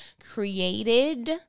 created